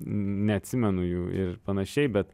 neatsimenu jų ir panašiai bet